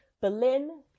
Berlin